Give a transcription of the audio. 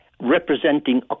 representing